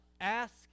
ask